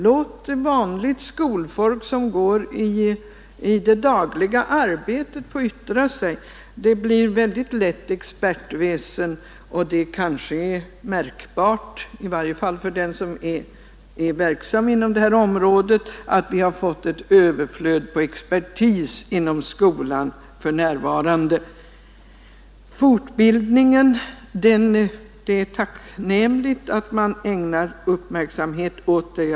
Låt vanligt skolfolk, som går i det dagliga arbetet, yttra sig! Det uppkommer lätt ett expertvälde, och det kanske är märkbart — i varje fall för den som är verksam inom det här området — att det finns ett överflöd på expertis inom skolan för närvarande. Det är tacknämligt att man ägnar uppmärksamhet åt fortbildningen.